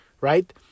right